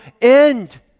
end